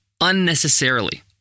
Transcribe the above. unnecessarily